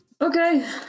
okay